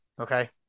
Okay